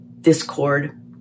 discord